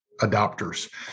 adopters